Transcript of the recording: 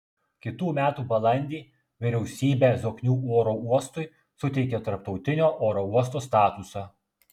kitų metų balandį vyriausybė zoknių oro uostui suteikė tarptautinio oro uosto statusą